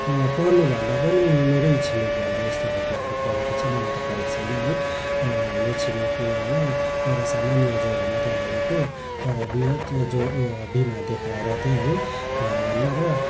पर्नु भन्दा पनि मेरै छेमिकी घरलाई यस्तो घटनाहरू परेको छ मलाई त परेको छैन है हाम्रो छिमेकीहरूलाई एउटा सामान्य ज्वरो मात्रै आएको तर वृहत् जो उयो बिमार देखाएर चाहिँ है भरे भन्दा त